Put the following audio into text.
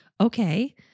Okay